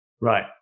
right